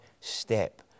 step